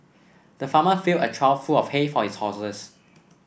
the farmer filled a trough full of hay for his horses